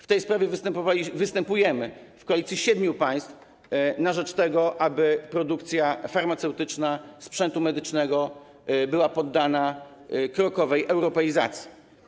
W tej sprawie występujemy w koalicji siedmiu państw na rzecz tego, aby produkcja farmaceutyczna, sprzętu medycznego była poddana krokowej europeizacji.